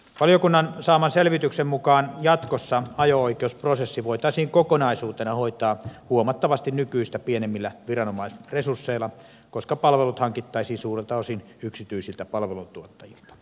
valiokunnan saaman selvityksen mukaan jatkossa ajo oikeusprosessi voitaisiin kokonaisuutena hoitaa huomattavasti nykyistä pienemmillä viranomaisresursseilla koska palvelut hankittaisiin suurelta osin yksityisiltä palveluntuottajilta